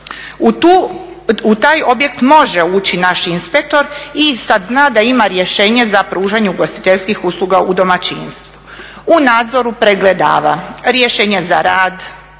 U taj objekt može ući naš inspektor i sad zna da ima rješenje za pružanje ugostiteljskih usluga u domaćinstvu. U nadzoru pregledava rješenje za rad,